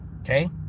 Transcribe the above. Okay